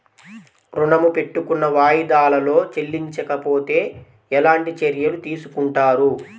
ఋణము పెట్టుకున్న వాయిదాలలో చెల్లించకపోతే ఎలాంటి చర్యలు తీసుకుంటారు?